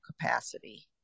capacity